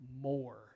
more